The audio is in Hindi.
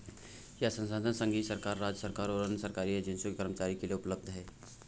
यह संसाधन संघीय सरकार, राज्य सरकारों और अन्य सरकारी एजेंसियों के कर्मचारियों के लिए उपलब्ध है